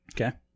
Okay